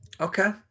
Okay